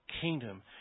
kingdom